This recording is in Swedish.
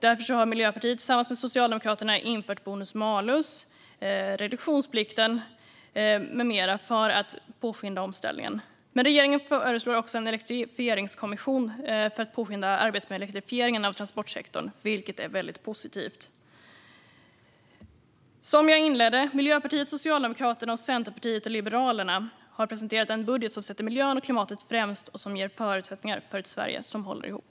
Därför har Miljöpartiet tillsammans med Socialdemokraterna infört bonus-malus, reduktionsplikt med mera för att påskynda omställningen. Regeringen föreslår också en elektrifieringskommission för att påskynda arbetet med elektrifiering av transportsektorn, vilket är väldigt positivt. Som jag inledde: Miljöpartiet, Socialdemokraterna, Centerpartiet och Liberalerna har presenterat en budget som sätter miljön och klimatet främst och som ger förutsättningar för ett Sverige som håller ihop.